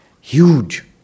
huge